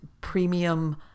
premium